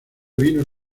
vinos